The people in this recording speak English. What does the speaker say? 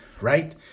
right